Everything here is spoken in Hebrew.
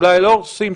ואולי לא הורסים,